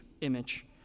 image